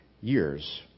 years